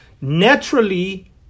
naturally